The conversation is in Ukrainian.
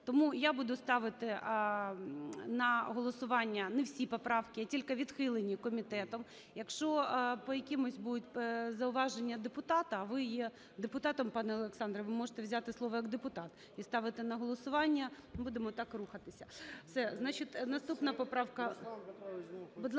Тому я буду ставити на голосування не всі поправки, а тільки відхилені комітетом. Якщо по якимось будуть зауваження депутата, ви є депутатом, пане Олександре, ви можете взяти слово як депутат і ставити на голосування. Ми будемо так рухатися.